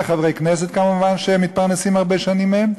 וחברי כנסת כמובן שמתפרנסים הרבה שנים מהם,